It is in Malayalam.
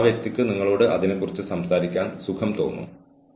അവർക്ക് ഒരു മോശം ശീലമുണ്ടെങ്കിൽ അത് അവരുടെ ജോലിയെ തടസ്സപ്പെടുത്തുന്നു